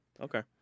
Okay